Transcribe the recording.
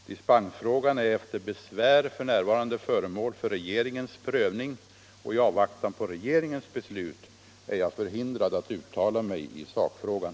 Dispensfrågan är efter besvär f. n. föremål för regeringens prövning. I avvaktan på regeringens beslut är jag förhindrad att uttala mig i sakfrågan.